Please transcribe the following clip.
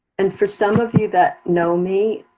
and for some of you that know me,